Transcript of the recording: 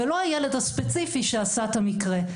ולא הילד הספציפי שעשה את המקרה.